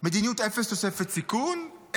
מדיניות אפס תוספת סיכון,